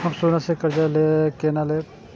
हम सोना से कर्जा केना लैब?